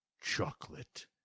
chocolate